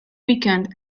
weekend